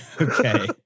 Okay